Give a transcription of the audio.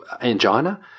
angina